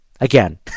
again